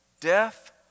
death